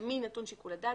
למי נתון שיקול הדעת,